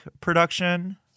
production